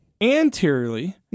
anteriorly